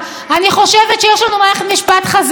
אני חושבת שיש לנו מערכת משפט חזקה,